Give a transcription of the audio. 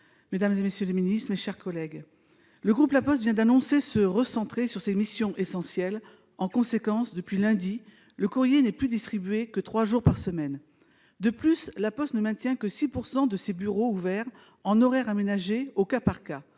du groupe Union Centriste, concerne La Poste. Le groupe La Poste vient d'annoncer « se recentrer sur ses missions essentielles ». En conséquence, depuis lundi, le courrier n'est plus distribué que trois jours par semaine. De plus, La Poste ne maintient que 6 % de ses bureaux ouverts, en horaires aménagés, au cas par cas.